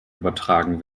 übertragen